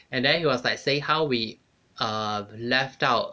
and then he was like saying how we err left out